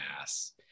ass